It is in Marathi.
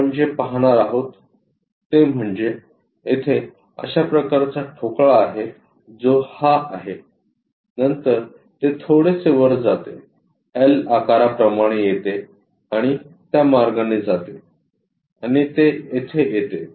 आपण जे पाहणार आहोत ते म्हणजे येथे अशा प्रकारचा ठोकळा आहे जो हा आहे नंतर ते थोडेसे वर जाते एल आकाराप्रमाणे येते आणि त्या मार्गाने जाते आणि ते तेथे येते